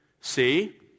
See